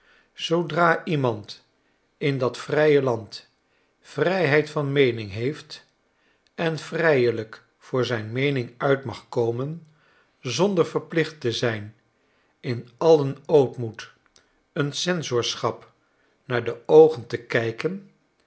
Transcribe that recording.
zoodra iemand in dat vrije land vrijheid van meening heeft en vrijelijk voor zijn meening uit mag komen zonder verplicht te zijn in alien ootmoed een censorschap naar de oogen te kijken